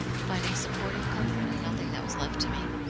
finding support and comfort in nothing that was left to me.